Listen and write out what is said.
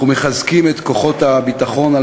אנחנו מחזקים את כוחות הביטחון על